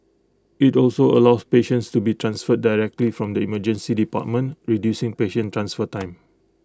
IT also allows patients to be transferred directly from the Emergency Department reducing patient transfer time